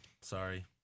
Sorry